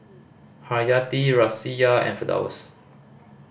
Haryati Raisya and Firdaus